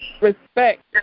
respect